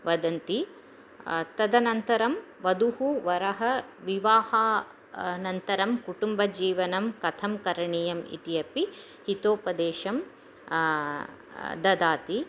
वदन्ति तदनन्तरं वधूः वरः विवाहस्य अनन्तरं कुटुम्बजीवनं कथं करणीयम् इत्यपि हितोपदेशं ददाति